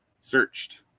searched